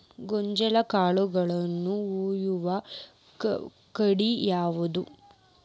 ಗೋಂಜಾಳ ಕಾಳುಗಳನ್ನು ಒಯ್ಯುವ ಗಾಡಿ ಯಾವದು?